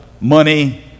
money